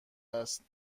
است